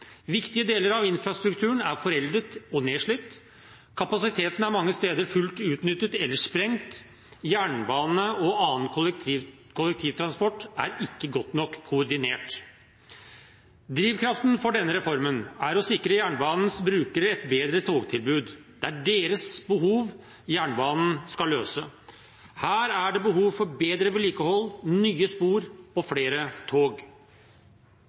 Viktige deler av infrastrukturen er foreldet og nedslitt. Kapasiteten er mange steder fullt utnyttet eller sprengt. Jernbane og annen kollektivtransport er ikke godt nok koordinert. Drivkraften for denne reformen er å sikre jernbanens brukere et bedre togtilbud. Det er deres behov jernbanen skal løse. Her er det behov for bedre vedlikehold, nye spor og flere tog.